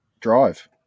Drive